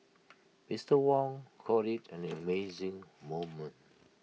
Mister Wong called IT an amazing moment